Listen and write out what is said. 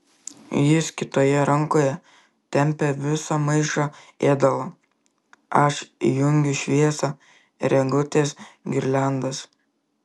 jis kitoje rankoje tempia visą maišą ėdalo aš įjungiu šviesą ir eglutės girliandas